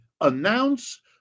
announce